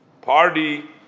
party